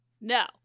No